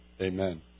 amen